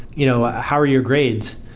you know how are your grades?